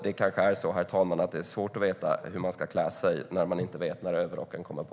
Det kan vara svårt, herr talman, att veta hur man ska klä sig när man inte vet när överrocken kommer på.